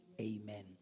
amen